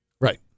Right